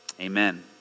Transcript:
Amen